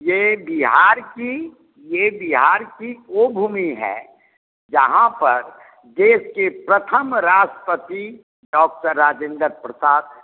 यह बिहार की यह बिहार ओ भूमि है जहाँ पर देश के प्रथम राष्ट्रपति डॉक्टर राजेंदर प्रसाद